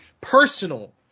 personal